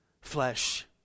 flesh